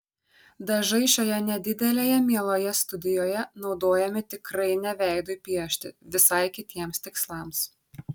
dažai šioje nedidelėje mieloje studijoje naudojami tikrai ne veidui piešti visai kitiems tikslams